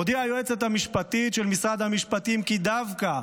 הודיעה היועצת המשפטית של משרד המשפטים כי דווקא